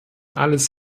alles